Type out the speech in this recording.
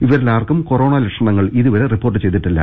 ഇവരിലാർക്കും corona ലക്ഷണങ്ങൾ ഇതുവരെ report ചെയ്തിട്ടില്ല